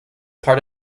part